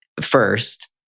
first